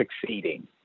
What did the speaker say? succeeding